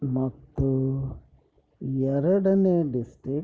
ಮತ್ತು ಎರಡನೇ ಡಿಸ್ಟಿಕ್